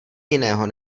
jiného